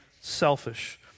selfish